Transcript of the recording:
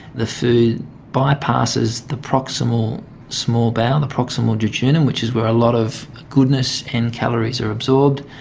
the food bypasses the proximal small bowel, the proximal duodenum, which is where a lot of goodness and calories are absorbed,